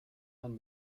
man